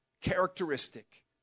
characteristic